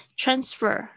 ，transfer，